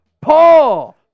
Paul